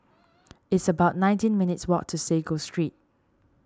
it's about nineteen minutes' walk to Sago Street